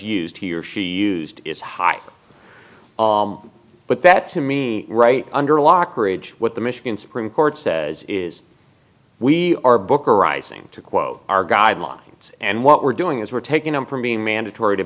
used he or she used is high but that to me right under lockridge what the michigan supreme court says is we are booker rising to quote our guidelines and what we're doing is we're taking them from being mandatory to